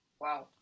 Wow